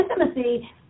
intimacy